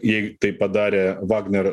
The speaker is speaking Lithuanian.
jei tai padarė vagnerio